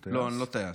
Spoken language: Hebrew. לא, אני לא טייס.